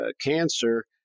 cancer